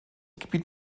gebiet